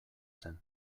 zen